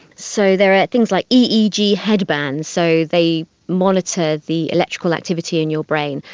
so there are things like eeg headbands, so they monitor the electrical activity in your brain,